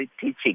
teaching